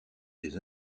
des